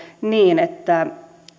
niin että